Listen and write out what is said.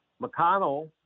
McConnell